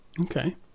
Okay